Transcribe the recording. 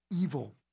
evil